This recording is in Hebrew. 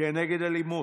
נגד אלימות,